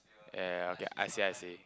ya ya okay I see I see